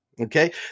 okay